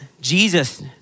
Jesus